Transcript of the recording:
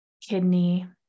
kidney